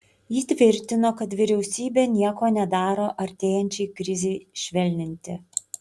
ji tvirtino kad vyriausybė nieko nedaro artėjančiai krizei švelninti